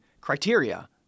criteria